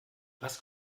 was